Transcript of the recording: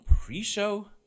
pre-show